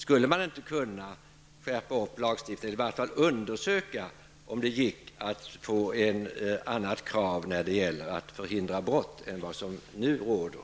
Skulle man inte kunna skärpa lagstiftningen eller åtminstone undersöka om det går att få ett annat krav när det gäller att förhindra brott än vad som nu råder?